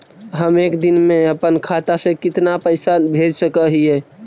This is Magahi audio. हम एक दिन में अपन खाता से कितना पैसा भेज सक हिय?